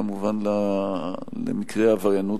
כמובן, למקרי עבריינות.